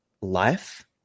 life